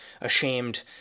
ashamed